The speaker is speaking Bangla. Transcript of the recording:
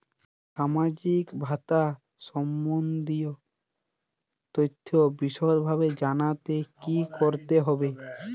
সামাজিক ভাতা সম্বন্ধীয় তথ্য বিষদভাবে জানতে কী করতে হবে?